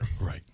Right